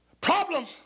problem